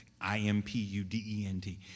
I-M-P-U-D-E-N-T